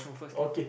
okay